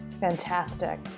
fantastic